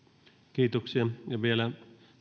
kiitoksia vielä